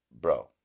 Bro